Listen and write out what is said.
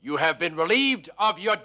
you have been relieved of your